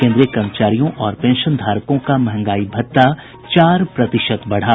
केन्द्रीय कर्मचारियों और पेंशनधारकों का महंगाई भत्ता चार प्रतिशत बढ़ा